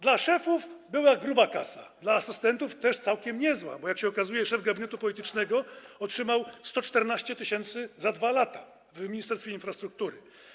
Dla szefów była gruba kasa, dla asystentów też całkiem niezła, bo jak się okazuje, szef gabinetu politycznego otrzymał 114 tys. za 2 lata w Ministerstwie Infrastruktury.